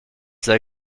they